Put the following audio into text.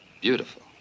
Beautiful